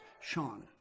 Sean